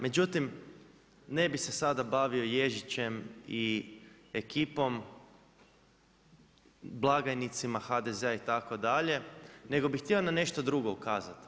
Međutim, ne bi se sada bavio Ježičem i ekipom, blagajnicima HDZ-a itd. nego bi htio na nešto drugo ukazati.